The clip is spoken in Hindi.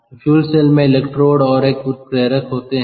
तोफ्यूल सेल में इलेक्ट्रोड और एक उत्प्रेरक होते हैं